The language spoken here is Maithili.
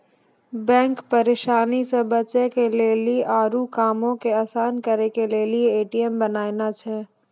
बैंक परेशानी से बचे के लेली आरु कामो के असान करे के लेली ए.टी.एम बनैने छै